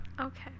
Okay